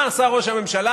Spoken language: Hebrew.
מה עשה ראש הממשלה,